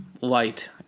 light